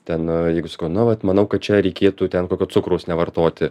ten jeigu skanu va manau kad čia reikėtų ten kokio cukraus nevartoti